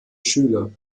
schüler